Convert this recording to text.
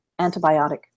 antibiotic